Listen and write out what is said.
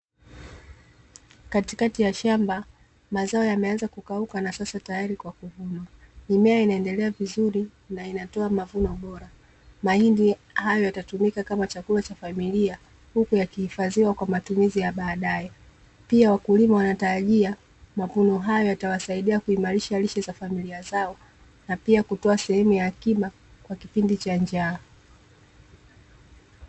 Katikati ya shamba mazao yameanza kukauka na tayari kwa kuvunwa. Mimea inaendelea vizuri na inatoa mavuno Bora, mahindi hayo yatatumika kama chakula cha familia, huku yakihifadhiwa kwa matumizi ya badae. Pia wakulima wanatarajia mavuno hayo yatawasaidia kuimarisha lishe za familia zao na pia kutoa sehemu ya akiba kwa kipindi cha njaa.